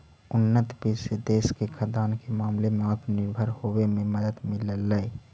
उन्नत बीज से देश के खाद्यान्न के मामले में आत्मनिर्भर होवे में मदद मिललई